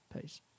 peace